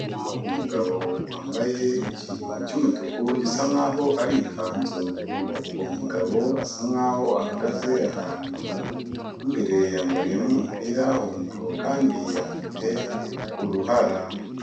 Umugabo wambaye ikintu cyumutuku gisa nk'aho ari ikanzu, uwo mugabo asa nk'aho ahagaze ahantu imbere yambariyemo umupira ,uwo mugabo kandi afite uruhara.